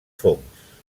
fongs